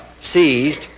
seized